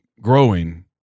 growing